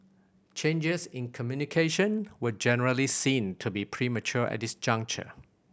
changes in communication were generally seen to be premature at this juncture